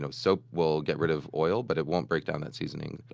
so soap will get rid of oil but it won't break down that seasoning.